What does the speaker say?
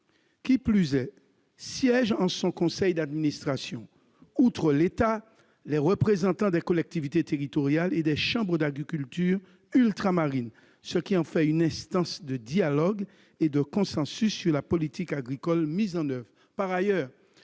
Qui plus est, siègent en son conseil d'administration, outre l'État, des représentants des collectivités territoriales et des chambres d'agriculture ultramarines, ce qui en fait une instance de dialogue et de recherche du consensus sur la politique agricole mise en oeuvre.